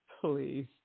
Please